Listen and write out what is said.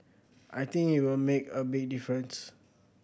I think it will make a big difference